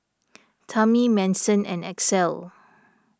Tami Manson and Axel